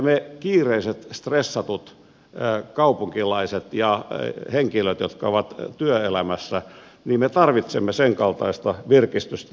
me kiireiset stressatut kaupunkilaiset ja henkilöt jotka ovat työelämässä tarvitsemme senkaltaista virkistystä